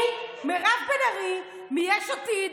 אני, מירב בן ארי מיש עתיד,